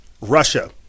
Russia